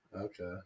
Okay